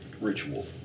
Ritual